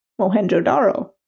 Mohenjo-daro